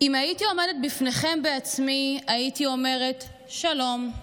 אם הייתי עומדת בפניכם בעצמי, הייתי אומרת: "שלום,